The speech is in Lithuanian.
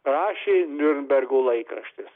rašė niurnbergo laikraštis